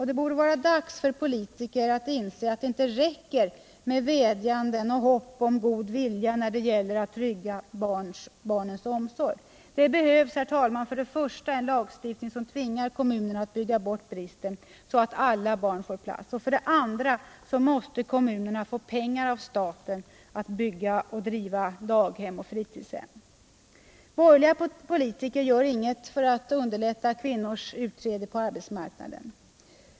Det borde vara dags för politiker att inse att det inte räcker med vädjanden och hopp om god vilja när det gäller att trygga barnens omsorg. För det första behövs det en lagstiftning som tvingar kommunerna att bygga bort bristen, så att alla barn får plats. För det andra måste kommunerna få pengar av staten till att bygga och driva daghem och fritidshem. Borgerliga politiker gör inget för att underlätta kvinnornas utträde på arbetsmarknaden.